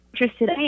interested